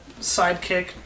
sidekick